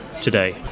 today